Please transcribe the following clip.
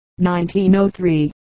1903